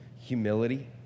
humility